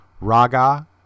raga